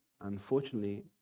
unfortunately